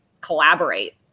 collaborate